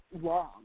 long